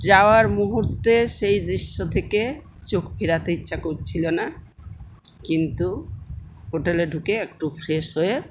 যাওয়ার মুহূর্তে সেই দৃশ্য থেকে চোখ ফেরাতে ইচ্ছা করছিল না কিন্তু হোটেলে ঢুকে একটু ফ্রেশ হয়ে